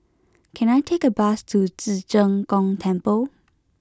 can I take a bus to Ci Zheng Gong Temple